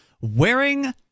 wearing